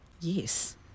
Yes